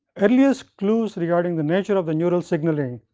earliest clues regarding the nature of the neural signaling,